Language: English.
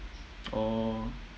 oh